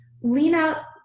Lena